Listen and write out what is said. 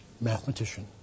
mathematician